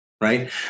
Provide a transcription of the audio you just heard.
right